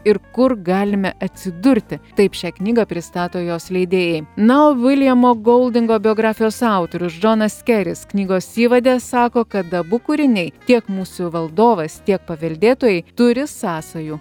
ir kur galime atsidurti taip šią knygą pristato jos leidėjai na o viljamo goldingo biografijos autorius džonas keris knygos įvade sako kad abu kūriniai tiek musių valdovas tiek paveldėtojai turi sąsajų